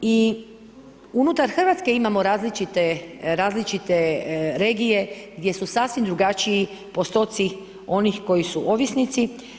I unutar Hrvatske imamo različite regije, gdje su sasvim drugačiji postoci onih koji su ovisnici.